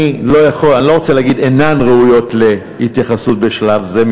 אני לא רוצה להגיד שאינן ראויות להתייחסות בשלב זה,